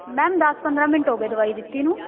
ma'am ਦਸ ਪੰਦਰਾਂ minute ਹੋ ਗਏ ਦਵਾਈ ਦਿੱਤੀ ਨੂੰ